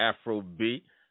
Afrobeat